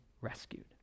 rescued